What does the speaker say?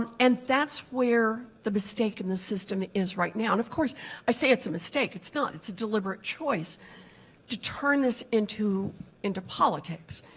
and and that's where the mistake in the system is right now and of course i say it's a mistake, it's not, it's a deliberate choice to turn this into into politics.